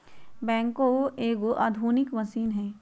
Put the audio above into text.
backhoe एगो आधुनिक machine हइ